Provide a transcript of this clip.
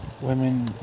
Women